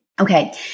Okay